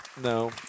No